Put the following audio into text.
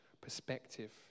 perspective